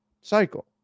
cycle